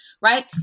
right